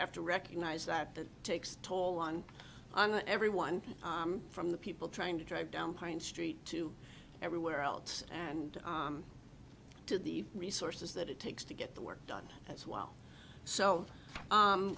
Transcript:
have to recognize that that takes toll on everyone from the people trying to drive down pine street to everywhere else and to the resources that it takes to get the work done as well so